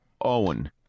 Owen